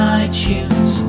iTunes